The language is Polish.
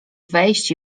wejść